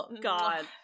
God